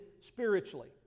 spiritually